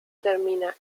termina